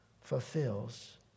fulfills